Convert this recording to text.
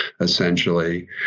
essentially